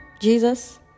Jesus